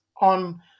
on